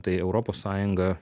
tai europos sąjunga